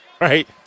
right